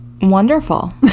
Wonderful